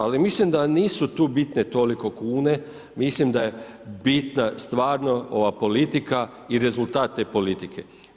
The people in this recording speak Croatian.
Ali mislim da nisu tu bitne toliko kune, mislim da je bitna stvarno ova politika i rezultat te politike.